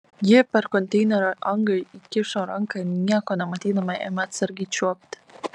ji per konteinerio angą įkišo ranką ir nieko nematydama ėmė atsargiai čiuopti